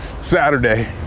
Saturday